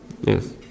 Yes